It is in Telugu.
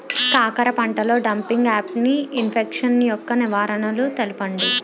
కాకర పంటలో డంపింగ్ఆఫ్ని ఇన్ఫెక్షన్ యెక్క నివారణలు తెలపండి?